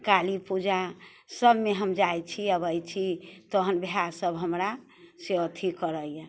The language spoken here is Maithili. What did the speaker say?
काली पूजा सबमे हम जाइत छी अबैत छी तहन भाय सब हमरा से अथी करैया